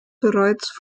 bereits